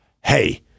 hey